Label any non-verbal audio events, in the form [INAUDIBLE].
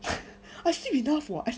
[LAUGHS] I sleep enough [what]